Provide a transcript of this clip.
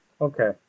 Okay